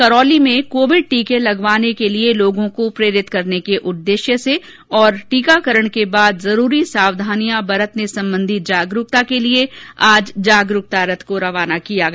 करौली में कोविड टीके लगवाने के लिये लोगों को प्रेरित करने के उद्देश्य से और टीकाकरण के बाद जरूरी सावधानियां बरतने संबंधी जागरूकता के लिए आज जागरूकता रथ को रवाना किया गया